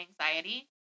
anxiety